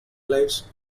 lives